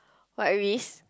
what risk